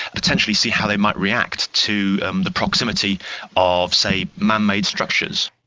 potentially see how they might react to um the proximity of, say, man-made structures.